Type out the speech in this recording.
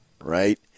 right